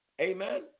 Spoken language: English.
amen